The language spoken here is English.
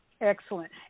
Excellent